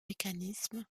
mécanismes